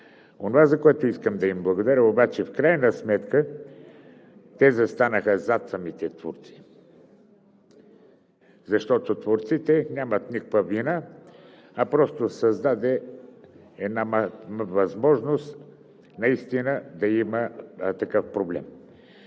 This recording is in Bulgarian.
Онова, за което искам да им благодаря – обаче в крайна сметка те застанаха зад самите творци. Защото творците нямат никаква вина, а просто се създаде възможност наистина да има такъв проблем.